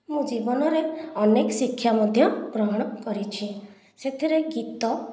ମୁଁ ଜୀବନ ରେ ଅନେକ ଶିକ୍ଷା ମଧ୍ୟ ଗ୍ରହଣ କରିଛି ସେଥିରେ ଗୀତ